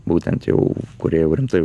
būtent jau kurie jau rimtai